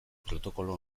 protokolo